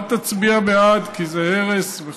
הוא עמד שם ואמרתי לו: אל תצביע בעד כי זה הרס וכו'.